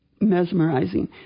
Mesmerizing